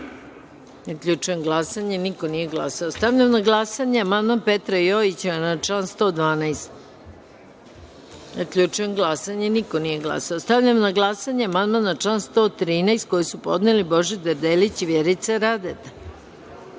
106.Zaključujem glasanje: niko nije glasao. Stavljam na glasanje amandman Petra Jojića na član 112.Zaključujem glasanje: niko nije glasao. Stavljam na glasanje amandman na član 113. koji su zajedno podneli Božidar Delić i Vjerica